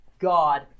God